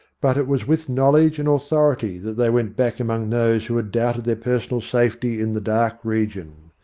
but it was with knowledge and authority that they went back among those who had doubted their personal safety in the dark region.